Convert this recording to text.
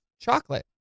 chocolate